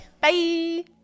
bye